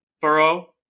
Burrow